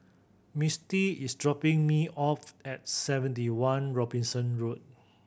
Mistie is dropping me off at Seventy One Robinson Road